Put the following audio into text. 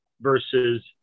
versus